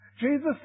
Jesus